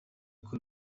ikora